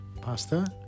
pasta